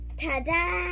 ta-da